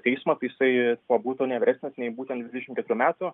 teismą kad jisai būtų ne vyresnis nei būtent dvidešimt keturių metų